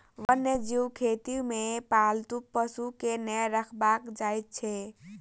वन्य जीव खेती मे पालतू पशु के नै राखल जाइत छै